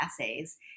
assays